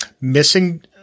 missing –